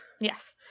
Yes